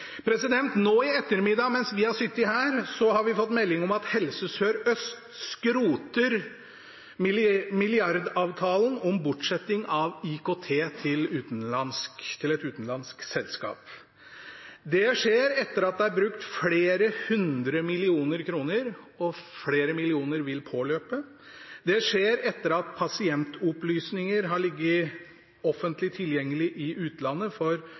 det. Nå i ettermiddag, mens vi har sittet her, har vi fått melding om at Helse Sør-Øst skroter milliardavtalen om bortsetting av IKT til et utenlandsk selskap. Det skjer etter at det er brukt flere hundre millioner kroner – og flere millioner vil påløpe. Det skjer etter at pasientopplysninger for mange hundre tusen nordmenn har ligget offentlig tilgjengelig i utlandet.